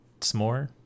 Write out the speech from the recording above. s'more